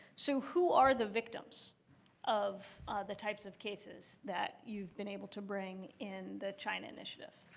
so who are the victims of the types of cases that you've been able to bring in the china initiative?